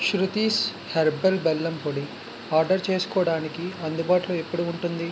Shruti's herbal బెల్లం పొడి order చేసుకోడానికి అందుబాటులో ఎప్పుడు ఉంటుంది